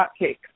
hotcakes